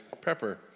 pepper